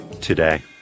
today